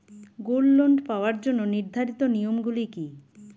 Gold loan পাওয়ার জন্য নির্ধারিত নিয়ম গুলি কি?